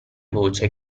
voce